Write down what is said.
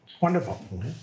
Wonderful